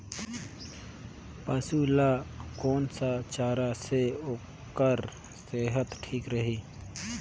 पशु ला कोन स चारा से ओकर सेहत ठीक रही?